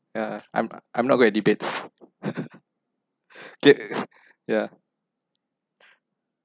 yeah I'm I'm not good at debates okay yeah